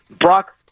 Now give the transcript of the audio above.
Brock